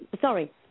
Sorry